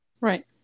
right